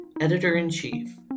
Editor-in-Chief